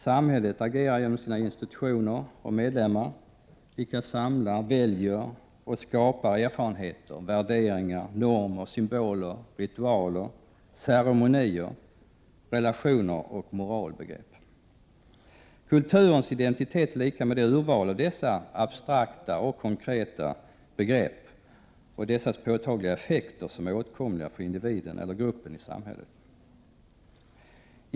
Samhället agerar genom sina institutioner och medlemmar — vilka samlar, väljer och skapar erfarenheter, värderingar, normer, symboler, ritualer, ceremonier, relationer och moralbegrepp. Kulturens identitet är lika med ett urval av de här abstrakta och konkreta begreppen och de påtagliga effekterna av dessa som är åtkomliga för individen eller gruppen i samhället.